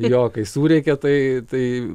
jo kai surėkia tai tai